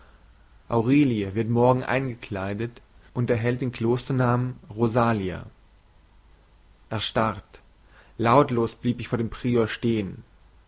aurelie wird morgen eingekleidet und erhält den klosternamen rosalia erstarrt lautlos blieb ich vor dem prior stehen